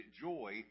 joy